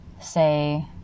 say